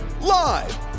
live